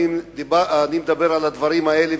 אני מדבר על הדברים האלה,